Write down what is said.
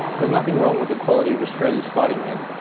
there was nothing wrong with the quality of australia's fighting men,